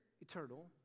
eternal